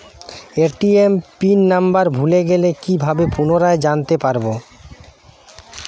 ATM pin number ভুলে গেলে কি ভাবে পুনরায় জানতে পারবো?